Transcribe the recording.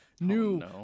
new